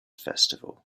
festival